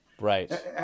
Right